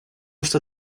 что